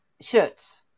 Shirts